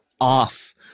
off